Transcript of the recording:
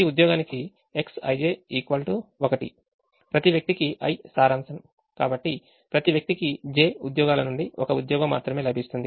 ప్రతి వ్యక్తికి i సారాంశం కాబట్టి ప్రతి వ్యక్తికి j ఉద్యోగాల నుండి ఒక ఉద్యోగం మాత్రమే లభిస్తుంది